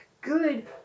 good